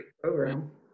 program